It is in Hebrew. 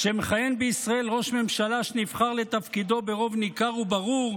כשמכהן בישראל ראש ממשלה שנבחר לתפקידו ברוב ניכר וברור,